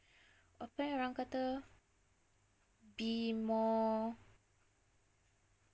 apa eh orang kata be more